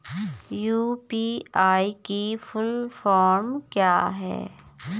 UPI की full form क्या है?